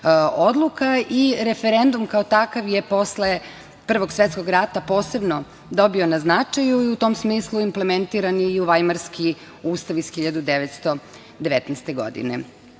odluka. Referendum kao takav je posle Prvog svetskog rata posebno dobio na značaju i u tom smislu implementiran je i Vajmarski ustav iz 1919. godine. Nego,